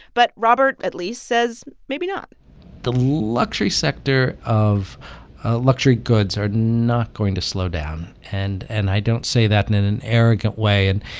but robert, at least, says maybe not the luxury sector of luxury goods are not going to slow down. and and i don't say that in in an arrogant way. and,